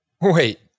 Wait